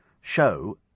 show